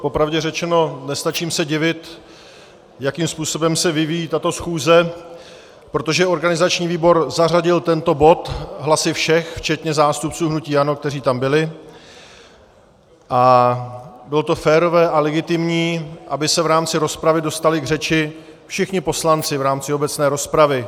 Po pravdě řečeno, nestačím se divit, jakým způsobem se vyvíjí tato schůze, protože organizační výbor zařadil tento bod hlasy všech včetně zástupců hnutí ANO, kteří tam byli, a bylo to férové a legitimní, aby se v rámci rozpravy dostali k řeči všichni poslanci v rámci obecné rozpravy.